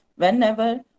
Whenever